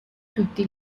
tutti